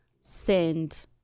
send